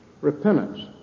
repentance